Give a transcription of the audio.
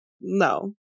No